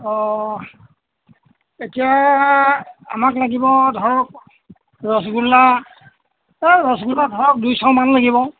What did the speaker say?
অঁ এতিয়া আমাক লাগিব ধৰক ৰসগোল্লা এই ৰসগোল্লা ধৰক দুইশমান লাগিব